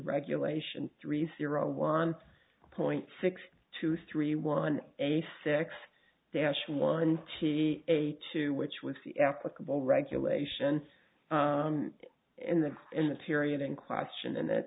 regulation three zero one point six two three one a six dash one t a two which was the applicable regulation in the in the period in question and it